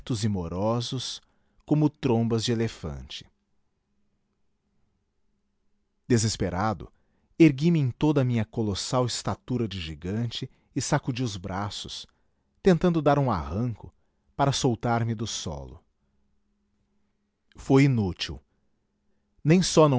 e morosos como trombas de elefante desesperado ergui-me em toda a minha colossal estatura de gigante e sacudi os braços tentando dar um arranco para soltar me do solo foi inútil nem só